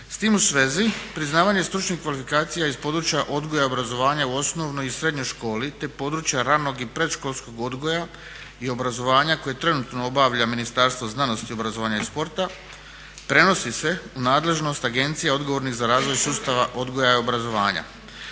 S tim u svezi priznavanjem stručnih kvalifikacija iz područja odgoja i obrazovanja u osnovnoj i srednjoj školi, te područja ranog i predškolskog odgoja i obrazovanja koje trenutno obavlja Ministarstvo znanosti, obrazovanja i sporta prenosi se u nadležnost agencija odgovornih za razvoj sustava odgoja i obrazovanja.